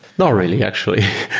not really actually.